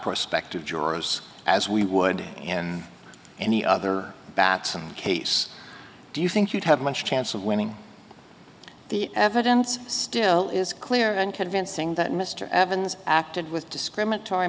prospective jurors as we would in any other batson case do you think you'd have much chance of winning the evidence still is clear and convincing that mr evans acted with discriminatory